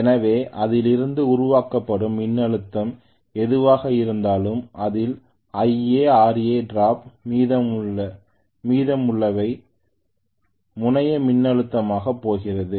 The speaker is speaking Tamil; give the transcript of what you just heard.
எனவே அதில் இருந்து உருவாக்கப்படும் மின்னழுத்தம் எதுவாக இருந்தாலும் அதில் IaRa டிராப் மீதமுள்ளவை முனைய மின்னழுத்தமாகப் போகிறது